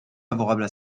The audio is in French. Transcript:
favorables